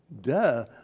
Duh